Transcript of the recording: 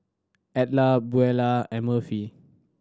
Edla Beulah and Murphy